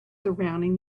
surrounding